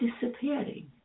disappearing